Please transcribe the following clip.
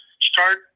start